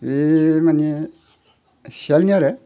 बे माने सियालनि आरो